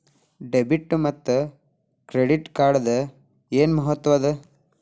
Debit ಮತ್ತ credit ಕಾರ್ಡದ್ ಏನ್ ಮಹತ್ವ ಅದ?